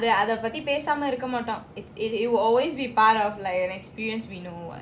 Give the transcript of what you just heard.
but like அதபத்திபேசாமஇருக்கமாட்டோம்:adha paththi pesama irukamatom will always be part of like an experience we know [what]